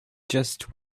just